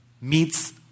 meets